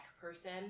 person